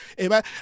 amen